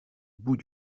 bout